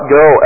go